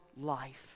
life